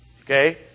okay